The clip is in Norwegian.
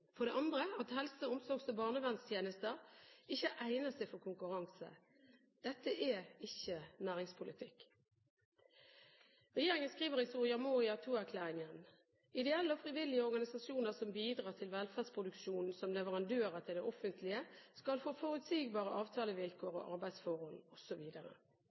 for det andre at helse-, omsorgs- og barnevernstjenester ikke egner seg for konkurranse. Dette er ikke næringspolitikk. Regjeringen skriver i Soria Moria II-erklæringen: «Ideelle og frivillige organisasjoner som bidrar til velferdsproduksjonen som leverandører til det offentlige skal få forutsigbare